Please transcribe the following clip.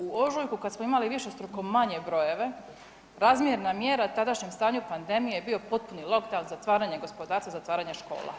U ožujku kad smo imali višestruko manje brojeve razmjerna mjera tadašnjem stanju pandemije je potpuni lockdown zatvaranje gospodarstva, zatvaranje škola.